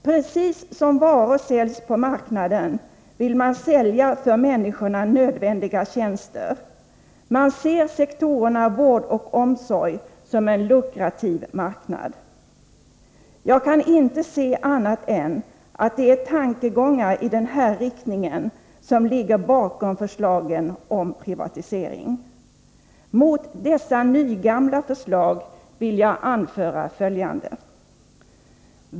Precis som varor säljs på marknaden vill man sälja för människorna nödvändiga tjänster. Man ser sektorerna vård och omsorg som en lukrativ marknad. Jag kan inte se annat än att det är tankegångar i den här riktningen som ligger bakom förslagen om privatisering. Mot dessa ”nygamla” förslag vill jag anföra följande.